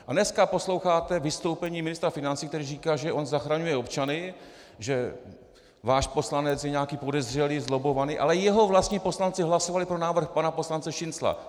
A dnes posloucháte vystoupení ministra financí, který říká, že on zachraňuje občany, že váš poslanec je nějaký podezřelý, zlobbovaný, ale jeho vlastní poslanci hlasovali pro návrh pana poslance Šincla.